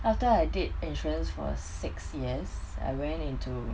after I did insurance for six years I went into